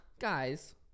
Guys